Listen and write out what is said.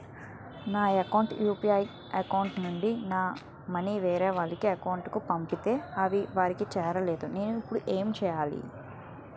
నా యెక్క UPI account నుంచి నా మనీ వేరే వారి అకౌంట్ కు పంపితే అవి వారికి చేరలేదు నేను ఇప్పుడు ఎమ్ చేయాలి?